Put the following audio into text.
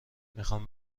میخام